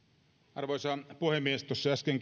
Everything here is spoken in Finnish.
arvoisa puhemies tuossa äsken